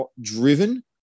driven